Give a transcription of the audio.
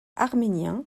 arménien